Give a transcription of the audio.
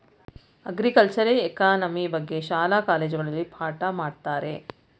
ಅಗ್ರಿಕಲ್ಚರೆ economy ಬಗ್ಗೆ ಶಾಲಾ ಕಾಲೇಜುಗಳಲ್ಲಿ ಪಾಠ ಮಾಡತ್ತರೆ